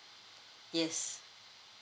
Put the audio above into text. yes